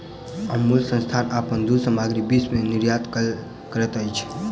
अमूल संस्थान अपन दूध सामग्री विश्व में निर्यात करैत अछि